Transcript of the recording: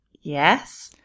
Yes